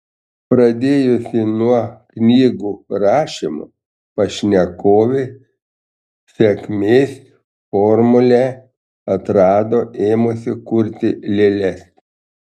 pradėjusi nuo knygų rašymo pašnekovė sėkmės formulę atrado ėmusi kurti lėles